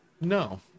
No